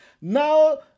Now